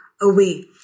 Away